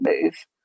move